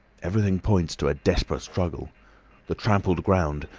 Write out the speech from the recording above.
everything points to a desperate struggle the trampled ground,